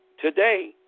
today